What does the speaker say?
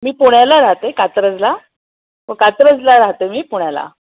मी पुण्याला राहते कात्रजला हो कात्रजला राहते मी पुण्याला